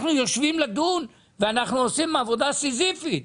אנחנו יושבים לדון ועושים עבודה סיזיפית.